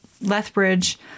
Lethbridge